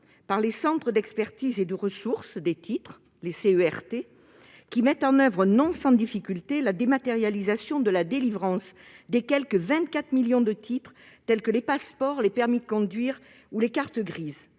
par les centres d'expertise et de ressources des titres (CERT), qui mettent en oeuvre, non sans difficulté, la dématérialisation de la délivrance des quelque 24 millions de titres tels que les passeports, les permis de conduire ou les cartes grises.